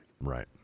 Right